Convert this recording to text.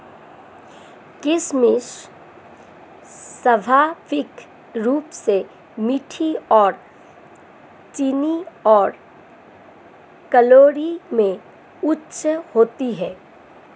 किशमिश स्वाभाविक रूप से मीठी और चीनी और कैलोरी में उच्च होती है